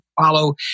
follow